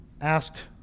asked